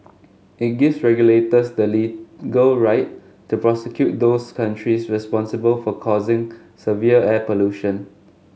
it gives regulators the legal right to prosecute those countries responsible for causing severe air pollution